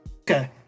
Okay